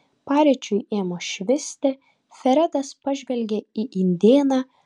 paryčiui ėmus švisti fredas pažvelgė į indėną